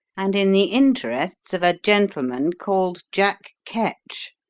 and in the interests of a gentleman called jack ketch!